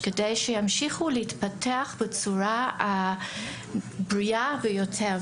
כדי שימשיכו להתפתח בצורה הבריאה ביותר,